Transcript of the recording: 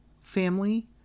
family